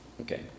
Okay